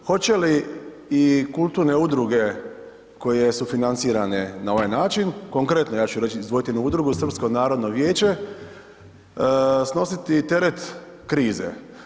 Hoće li i kulturne udruge koje su financirane na ovaj način, konkretno, ja ću reći, izdvojiti jednu udrugu, Srpsko narodno vijeće, snositi teret krize?